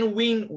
win